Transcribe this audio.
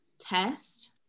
test